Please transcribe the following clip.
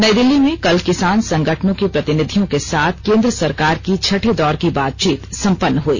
नई दिल्ली में कल किसान संगठनों के प्रतिनिधियों के साथ केन्द्र सरकार की छठे दौर की बातचीत सम्पन्न हई